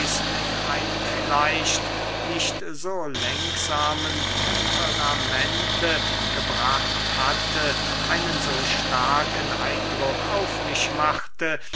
mit einem vielleicht nicht so lenksamen temperamente gebracht hatte einen so starken eindruck auf mich machte